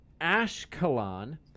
Ashkelon